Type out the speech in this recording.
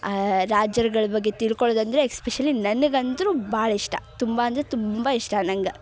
ಆ ರಾಜರ್ಗಳ ಬಗ್ಗೆ ತಿಳ್ಕೊಳೊದಂದರೆ ಎಸ್ಪೆಶಲಿ ನನಗೆ ಅಂತೂ ಭಾಳ ಇಷ್ಟ ತುಂಬ ಅಂದರೆ ತುಂಬ ಇಷ್ಟ ನಂಗೆ